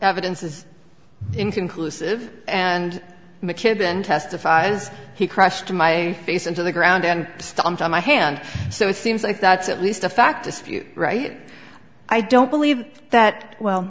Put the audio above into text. evidence is inconclusive and mckibben testifies he crushed my face into the ground and stomped on my hand so it seems like that's at least a fact dispute right i don't believe that well